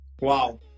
Wow